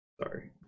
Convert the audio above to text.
sorry